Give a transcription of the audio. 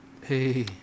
Hey